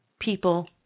people